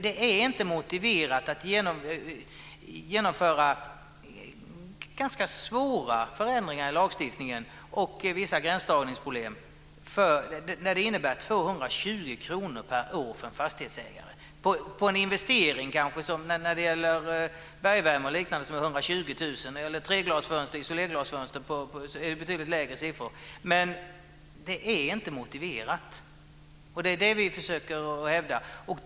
Det är inte motiverat att genomföra ganska svåra förändringar i lagstiftningen med vissa gränsdragningsproblem när det innebär 220 kr per år för en fastighetsägare. En investering i bergvärme kan vara på 120 000 kr eller - i och för sig - betydligt lägre siffror för isolerfönster. Det är inte motiverat. Det är det vi försöker hävda.